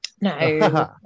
No